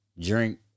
drink